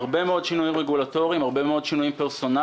היו הרבה מאוד שינויים רגולטוריים והרבה מאוד שינויים פרסונליים.